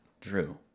drew